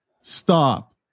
stop